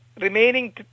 Remaining